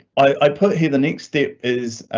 i put here the next step is.